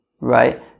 right